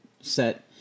set